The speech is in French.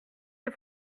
des